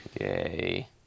Yay